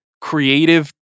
creative